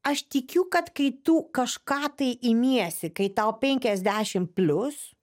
aš tikiu kad kai tu kažką tai įmiesi kai tau penkiasdešimt plius